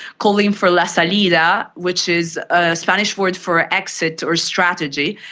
calling for la salida which is a spanish word for exit or strategy.